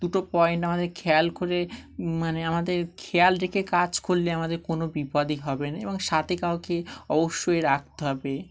দুটো পয়েন্ট আমাদের খেয়াল করে মানে আমাদের খেয়াল রেখে কাজ করলে আমাদের কোনো বিপদই হবে না এবং সাথে কাউকে অবশ্যই রাখতে হবে